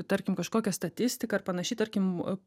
tarkim kažkokią statistiką ir panašiai tarkim